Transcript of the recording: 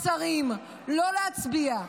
לשרים, לא להצביע.